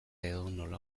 edonola